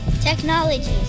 technology